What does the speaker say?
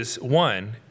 One